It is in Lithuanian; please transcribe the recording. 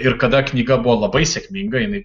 ir kada knyga buvo labai sėkminga jinai